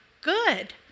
good